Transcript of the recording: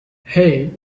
hey